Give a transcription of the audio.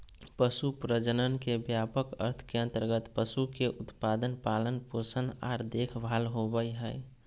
पशु प्रजनन के व्यापक अर्थ के अंतर्गत पशु के उत्पादन, पालन पोषण आर देखभाल होबई हई